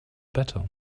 better